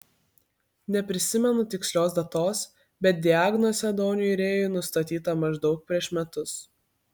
neprisimenu tikslios datos bet diagnozė doniui rėjui nustatyta maždaug prieš metus